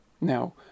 Now